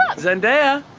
zendaya!